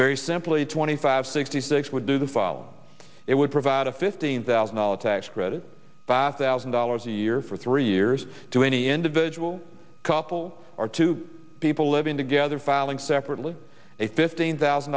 very simply twenty five sixty six would do the file it would provide a fifteen thousand dollars tax credit bath as in dollars a year for three years to any individual couple are two people living together filing separately a fifteen thousand